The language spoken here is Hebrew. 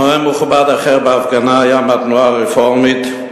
נואם מכובד אחר בהפגנה היה מהתנועה הרפורמית,